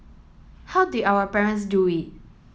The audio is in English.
how did our parents do it